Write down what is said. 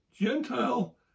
Gentile